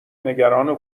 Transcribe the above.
نگران